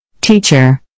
Teacher